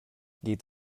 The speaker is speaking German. geht